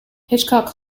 hitchcock